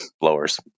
blowers